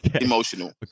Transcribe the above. emotional